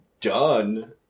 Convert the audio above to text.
done